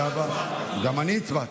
גם אני הצבעתי.